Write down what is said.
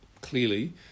clearly